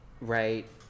right